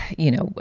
you know,